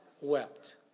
wept